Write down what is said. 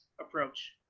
approach